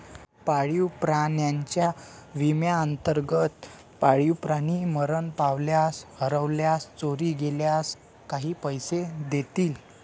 पाळीव प्राण्यांच्या विम्याअंतर्गत, पाळीव प्राणी मरण पावल्यास, हरवल्यास, चोरी गेल्यास काही पैसे देतील